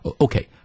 Okay